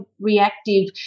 reactive